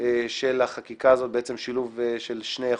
של החקיקה הזו, בעצם שילוב של שני החוקים.